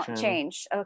change